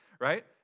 right